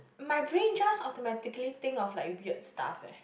my brain just automatically think of like weird stuff eh